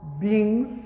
beings